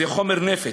זה חומר נפץ.